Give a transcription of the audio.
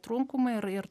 trūkumai ir ir